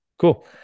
cool